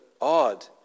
odd